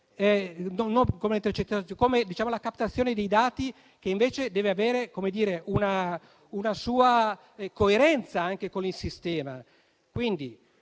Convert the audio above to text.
come la captazione dei dati, che invece deve avere una sua coerenza con il sistema.